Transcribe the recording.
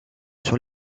sur